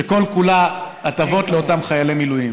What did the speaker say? שכל-כולה הטבות לאותם חיילי מילואים.